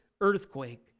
earthquake